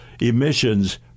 emissions